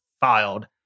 filed